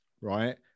right